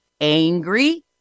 angry